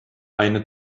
eine